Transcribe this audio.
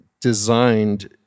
designed